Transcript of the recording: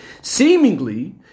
Seemingly